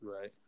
Right